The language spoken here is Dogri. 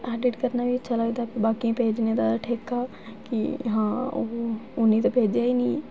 ते ऐडिट करना बी अच्छा लगदा बाकी भेजने दा ठेका कि हां ओह् उ'नें ई ते भेजे गै निं